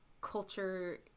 culture